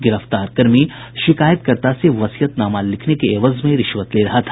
गिरफ्तार कर्मी शिकायतकर्ता से वसीयतनामा लिखने के एवज में रिश्वत ले रहा था